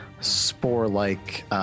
spore-like